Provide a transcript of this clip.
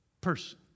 person